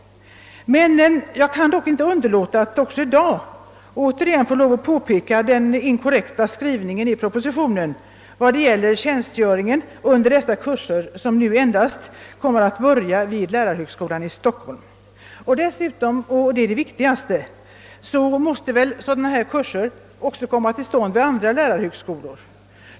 Jag kan dock inte underlåta att i dag återigen påpeka den inkorrekta skrivningen i propositionen vad beträffar tjänstgöringen under dessa kurser, som nu kommer att börja endast vid lärarhögskolan i Stockholm. Dessutom — och detta är det viktigaste — måste väl sådana kurser komma till stånd även vid andra lärarhögskolor.